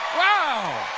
wow!